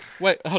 wait